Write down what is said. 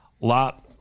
lot